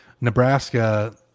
Nebraska